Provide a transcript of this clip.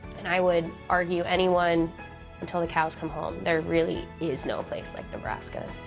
and i would argue anyone until the cows come home, there really is no place like nebraska.